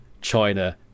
China